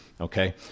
Okay